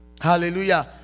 hallelujah